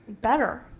better